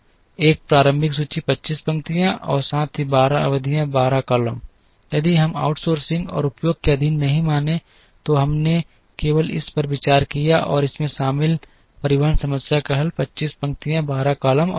1 प्रारंभिक सूची 25 पंक्तियाँ और साथ ही 12 अवधियाँ 12 कालम यदि हम आउटसोर्सिंग और उपयोग के अधीन नहीं माने तो हमने केवल इस पर विचार किया और इसमें शामिल परिवहन समस्या का हल किया 25 पंक्तियाँ 12 कॉलम और एक डमी